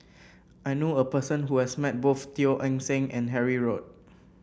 I knew a person who has met both Teo Eng Seng and Harry Ord